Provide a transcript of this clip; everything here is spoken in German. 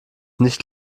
nicht